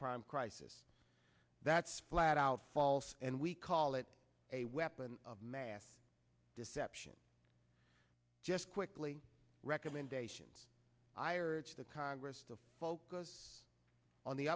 prime crisis that's flat out false and we call it a weapon of mass deception just quickly recommendations to congress to focus on the